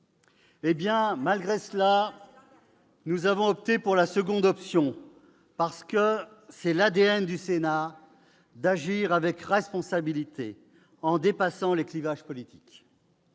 cette situation, nous avons choisi la seconde option parce que c'est l'ADN du Sénat d'agir avec responsabilité, en dépassant les clivages politiques.